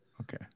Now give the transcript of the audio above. Okay